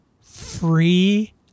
free